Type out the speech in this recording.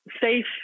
safe